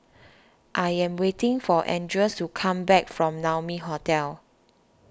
I am waiting for Andreas to come back from Naumi Hotel